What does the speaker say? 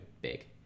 big